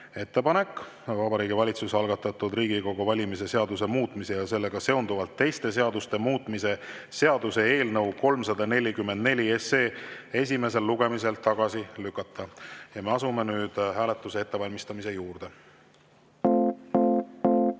ettepanek Vabariigi Valitsuse algatatud Riigikogu valimise seaduse muutmise ja sellega seonduvalt teiste seaduste muutmise seaduse eelnõu 344 esimesel lugemisel tagasi lükata. Me asume nüüd hääletuse ettevalmistamise juurde.